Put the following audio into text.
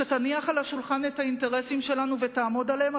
שתניח על השולחן את האינטרסים שלנו ותעמוד עליהם,